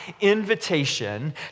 invitation